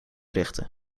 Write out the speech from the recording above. richten